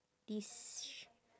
this she~